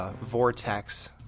vortex